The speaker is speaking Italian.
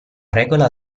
regola